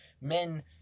Men